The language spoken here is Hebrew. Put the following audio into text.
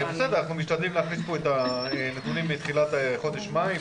אנחנו משתדלים להכניס פה את הנתונים מתחילת חודש מאי,